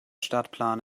stadtplan